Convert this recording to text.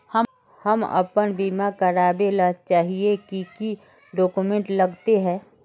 हम अपन बीमा करावेल चाहिए की की डक्यूमेंट्स लगते है?